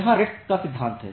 यहाँ रेड का सिद्धांत है